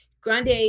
Grande